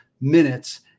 minutes